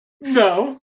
No